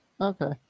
Okay